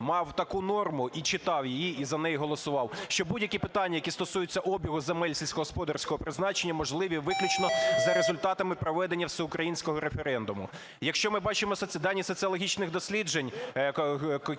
мав таку норму і читав її, і за неї голосував, що будь-які питання, які стосуються обігу земель сільськогосподарського призначення, можливі виключно за результатами проведення всеукраїнського референдуму. Якщо ми бачимо дані соціологічних досліджень